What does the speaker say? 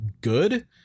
good